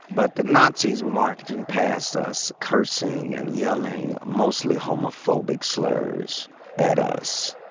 but the nazis were marching past us, cursing and yelling mostly homophobic slurs at us.